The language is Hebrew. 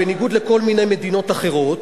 בניגוד לכל מיני מדינות אחרות,